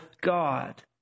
God